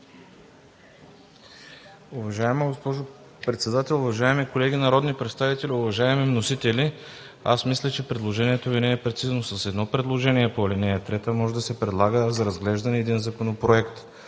Уважаема госпожо Председател, уважаеми народни представители! Уважаеми вносители, аз мисля, че предложението Ви не е прецизно. С едно предложение по ал. 3 може да се предлага за разглеждане един законопроект.